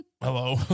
Hello